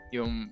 Yung